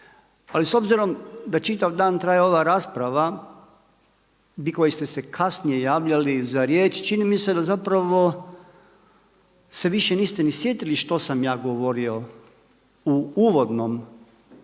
Ali s obzirom da čitav dan traje ova rasprava, vi koji ste se kasnije javljali za riječ, čini mi se da zapravo se više niste ni sjetili što sam ja govorio u uvodnom govoru